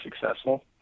successful